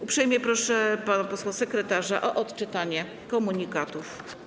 Uprzejmie proszę pana posła sekretarza o odczytanie komunikatów.